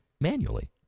manually